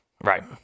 Right